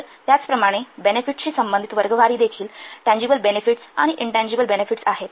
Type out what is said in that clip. तर त्याचप्रमाणे बेनिफिट्सशी संबंधित वर्गवारी देखील टँजिबल बेनेफिट्स आणि इनटँजिबल बेनेफिट्स आहेत